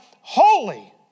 holy